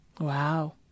Wow